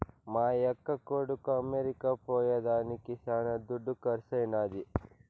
మా యక్క కొడుకు అమెరికా పోయేదానికి శానా దుడ్డు కర్సైనాది